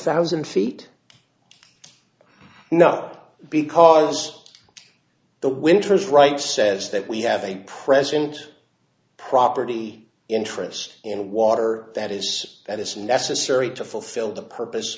thousand feet not because the winters right says that we have a president property interest and water that is that it's necessary to fulfill the purpose